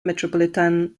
metropolitan